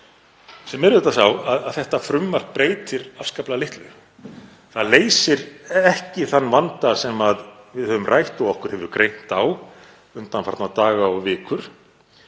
sem er auðvitað sá að þetta frumvarp breytir afskaplega litlu. Það leysir ekki þann vanda sem við höfum rætt og greint á um undanfarna daga og vikur,